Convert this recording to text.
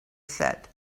said